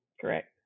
Correct